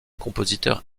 compositeur